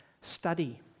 study